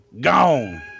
gone